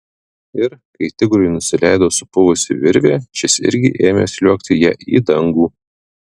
ir kai tigrui nusileido supuvusi virvė šis irgi ėmė sliuogti ja į dangų